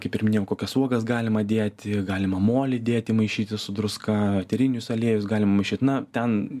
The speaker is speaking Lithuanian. kaip ir minėjau kokias uogas galima dėti galima molį dėti maišyti su druska eterinius aliejus galima maišyt na ten